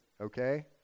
okay